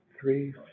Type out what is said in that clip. three